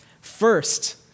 First